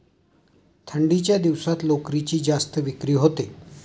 थंडीच्या दिवसात लोकरीची जास्त विक्री होते